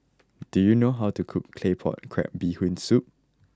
do you know how to cook Claypot Crab Bee Hoon Soup